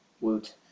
Woot